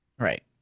Right